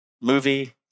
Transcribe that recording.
movie